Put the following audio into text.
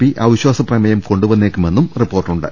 P അവി ശ്വാസ പ്രമേയം കൊണ്ടുവന്നേക്കുമെന്നും റിപ്പോർട്ടുണ്ട്